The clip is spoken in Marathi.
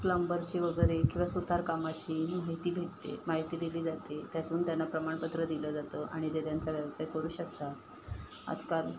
प्लंबरची वगैरे किंवा सुतारकामाची माहिती भेटते माहिती दिली जाते त्यातून त्यांना प्रमाणपत्र दिलं जातं आणि ते त्यांचा व्यवसाय करू शकतात आजकाल